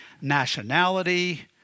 nationality